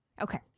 Okay